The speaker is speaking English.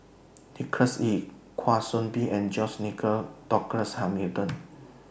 Nicholas Ee Kwa Soon Bee and George Nigel Douglas Hamilton